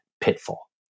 pitfall